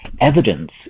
Evidence